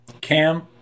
Cam